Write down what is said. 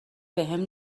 بهم